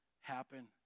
happen